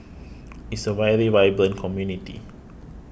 is a very vibrant community